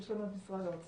יש לנו את משרד האוצר